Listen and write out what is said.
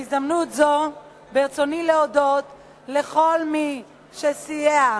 בהזדמנות זו ברצוני להודות לכל מי שסייע,